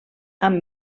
amb